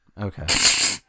Okay